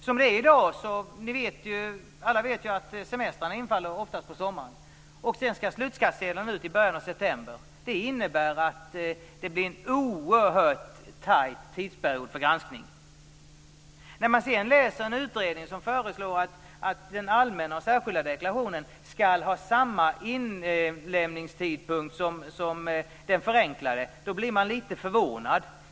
Alla vet ju att semestrarna oftast infaller på sommaren. Sedan skall slutskattsedlarna skickas ut i början av september. Det innebär att det blir en oerhört pressad tidsperiod för granskning. När det sedan i en utredning föreslås att den allmänna och särskilda deklarationen skall ha samma inlämningstidpunkt som den förenklade deklarationen blir man lite förvånad.